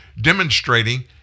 demonstrating